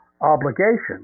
obligation